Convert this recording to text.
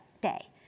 day